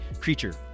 creature